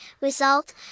result